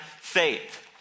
faith